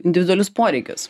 individualius poreikius